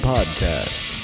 Podcast